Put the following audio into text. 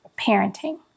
parenting